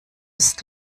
ist